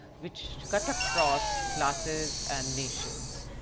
which cut across classes and nations.